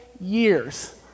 years